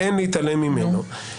ואין להתעלם ממנו.